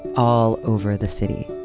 all over the city.